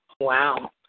Wow